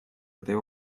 этой